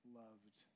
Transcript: loved